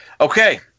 Okay